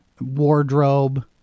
wardrobe